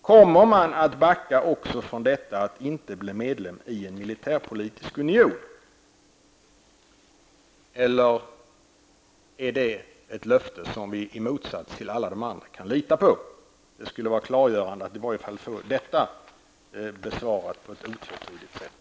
Kommer socialdemokraterna att backa även i fråga om att Sverige inte kan bli medlem i en militärpolitisk union, eller är det ett löfte som vi i motsats till alla de andra kan lita på? Det skulle vara klargörande att få åtminstone detta besvarat på ett otvetydigt sätt.